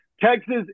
Texas